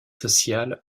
sociales